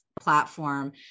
platform